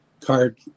card